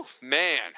Man